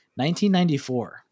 1994